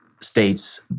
states